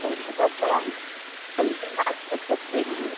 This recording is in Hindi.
हाँ जी बात कर सकते हैं